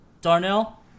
Darnell